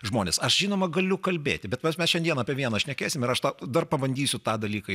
žmones aš žinoma galiu kalbėti bet vat mes šiandieną apie vieną šnekėsime ir aš tą dar pabandysiu tą dalyką